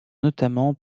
notamment